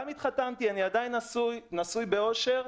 גם התחתנתי, אני עדיין נשוי, נשוי באושר,